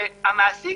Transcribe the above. והמעסיק